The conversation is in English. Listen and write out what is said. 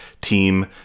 team